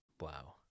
wow